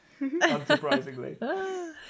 Unsurprisingly